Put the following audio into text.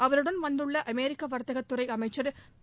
அவருடன் வந்துள்ள அமெரிக்க வர்த்தகத்துறை அமைச்சர் திரு